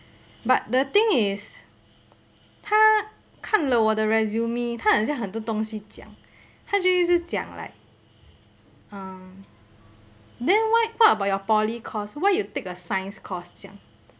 but the thing is 她看了我的 resume 她好像很多东西讲她就一直讲 like um then what about your poly course why you take a science course 这样